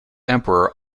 emperor